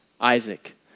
Isaac